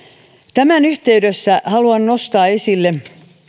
tämän yhteydessä haluan nostaa esille